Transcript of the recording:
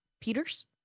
Peters